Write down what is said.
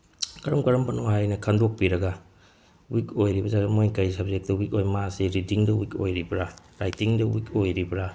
ꯀꯔꯝ ꯀꯔꯝꯕꯅꯣ ꯍꯥꯏꯅ ꯈꯟꯗꯣꯛꯄꯤꯔꯒ ꯋꯤꯛ ꯑꯣꯏꯔꯤꯕ ꯖꯒꯥ ꯃꯣꯏ ꯀꯔꯤ ꯁꯕꯖꯦꯛꯇ ꯋꯤꯛ ꯑꯣꯏ ꯃꯥꯁꯤ ꯔꯤꯗꯤꯡꯗ ꯋꯤꯛ ꯑꯣꯏꯔꯤꯕ꯭ꯔꯥ ꯔꯥꯏꯇꯤꯡꯗ ꯋꯤꯛ ꯑꯣꯏꯔꯤꯕ꯭ꯔꯥ